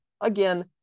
Again